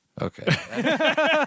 Okay